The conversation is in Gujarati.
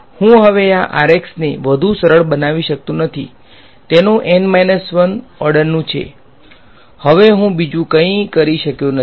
હું હવે આ ને વધુ સરળ બનાવી શકતો નથી તેનો N - 1 ઓર્ડર નુ છે હવે હું બીજું કંઈ કરી શકતો નથી